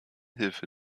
hilfe